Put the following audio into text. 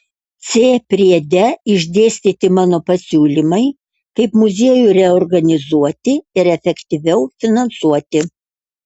c priede išdėstyti mano pasiūlymai kaip muziejų reorganizuoti ir efektyviau finansuoti